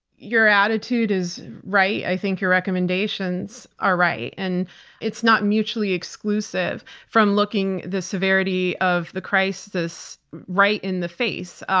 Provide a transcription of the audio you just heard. your attitude is right. i think your recommendations are right. and it's not mutually exclusive from looking at the severity of the crisis right in the face.